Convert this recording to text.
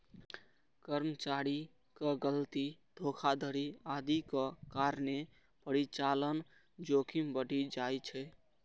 कर्मचारीक गलती, धोखाधड़ी आदिक कारणें परिचालन जोखिम बढ़ि जाइ छै